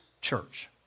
church